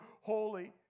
holy